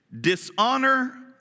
Dishonor